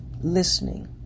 listening